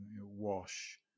WASH